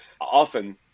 often